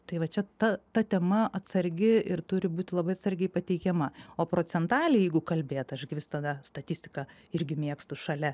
tai va čia ta ta tema atsargi ir turi būti labai atsargiai pateikiama o procentaliai jeigu kalbėt aš gi visada statistiką irgi mėgstu šalia